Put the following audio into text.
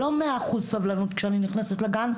כי רמת הסבלנות שנדרשת ממני כשאני מגיעה לעבודה היא